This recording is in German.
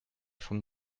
vom